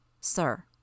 Sir